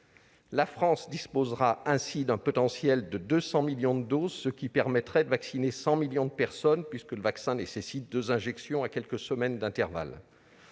La France disposera ainsi d'un potentiel de 200 millions de doses, ce qui permettrait de vacciner 100 millions de personnes, puisque le vaccin nécessite deux injections à quelques semaines d'intervalle.